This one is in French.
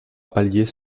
pallier